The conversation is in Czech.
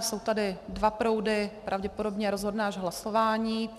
Jsou tady dva proudy, pravděpodobně rozhodne až hlasování